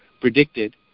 predicted